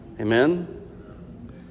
Amen